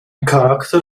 charakter